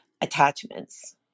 attachments